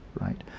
right